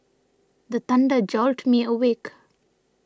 the thunder jolt me awake